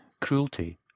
cruelty